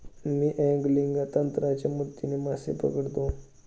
मी angling तंत्राच्या मदतीने मासे पकडतो